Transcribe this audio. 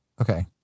Okay